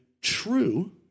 true